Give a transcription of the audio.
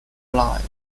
life